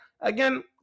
again